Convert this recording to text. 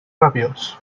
rabiós